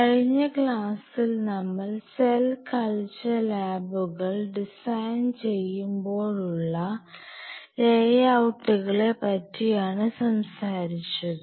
കഴിഞ്ഞ ക്ലാസ്സിൽ നമ്മൾ സെൽ കൾച്ചർ ലാബുകൾ ഡിസൈൻ ചെയ്യുമ്പോളുള്ള ലേയൌട്ടുകളെ പറ്റിയാണ് സംസാരിച്ചത്